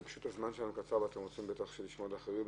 הזמן שלנו קצר ואתם רוצים לשמוע אחרים,